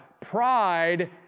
Pride